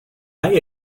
hay